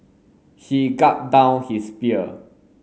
he gulped down his beer